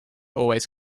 always